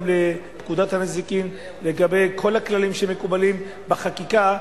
גם לפקודת הנזיקין לגבי כל הכללים שמקובלים בחקיקה,